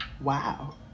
Wow